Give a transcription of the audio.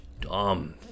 dumb